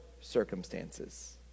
circumstances